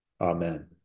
Amen